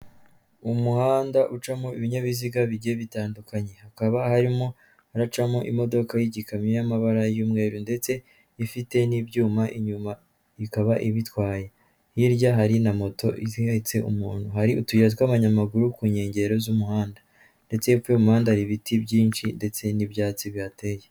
Umuhanda ucamo ibinyabiziga bigiye bitandukanye hakaba harimo haracamo imodoka y'igikamyo y'amabara y'umweru ndetse ifite n'ibyuma, inyuma ikaba ibitwaye hirya hari na moto ihetse umuntu hari utuyira tw'abanyamaguru ku nkengero z'umuhanda ndetse hepfo y'umuhanda hari ibiti byinshi ndetse n'ibyatsi bihateye.